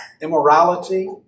immorality